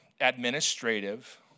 administrative